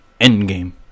endgame